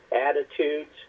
attitudes